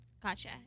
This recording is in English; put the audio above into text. Gotcha